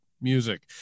music